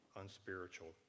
unspiritual